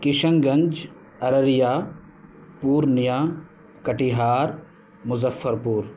Kishan Ganj Araria Purnia Katihar Muzaffarpur